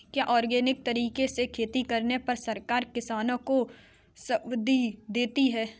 क्या ऑर्गेनिक तरीके से खेती करने पर सरकार किसानों को सब्सिडी देती है?